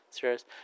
serious